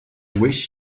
wish